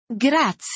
Grazie